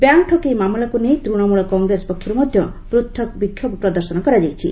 bank ଠକେଇ ମାମଲାକୁ ନେଇ ତୂଣମୂଳ କଂଗ୍ରେସ ପକ୍ଷରୁ ମଧ୍ୟ ପୃଥକ୍ ବିକ୍ଷୋଭ ପ୍ରଦର୍ଶନ କରାଯାଇଛି